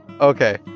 Okay